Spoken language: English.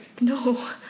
no